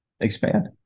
expand